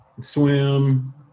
swim